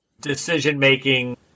decision-making